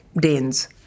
Danes